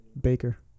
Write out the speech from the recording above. Baker